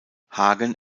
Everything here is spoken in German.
hagen